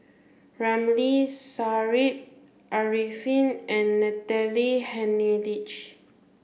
Ramli Sarip Arifin and Natalie Hennedige